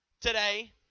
today